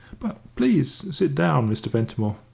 but, please sit down, mr. ventimore.